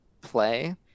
play